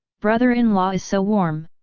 brother-in-law is so warm?